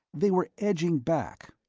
they were edging back,